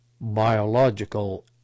biological